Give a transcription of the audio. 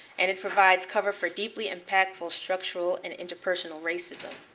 and it provides cover for deeply impactful, structural, and interpersonal racism.